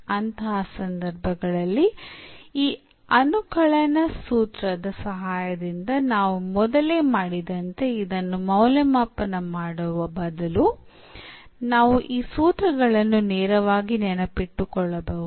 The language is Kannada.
ಅಂತಹ ಸಂದರ್ಭಗಳಲ್ಲಿ ಆ ಅನುಕಲನ ಸೂತ್ರದ ಸಹಾಯದಿಂದ ನಾವು ಮೊದಲೇ ಮಾಡಿದಂತೆ ಇದನ್ನು ಮೌಲ್ಯಮಾಪನ ಮಾಡುವ ಬದಲು ನಾವು ಈ ಸೂತ್ರಗಳನ್ನು ನೇರವಾಗಿ ನೆನಪಿಟ್ಟುಕೊಳ್ಳಬಹುದು